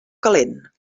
calent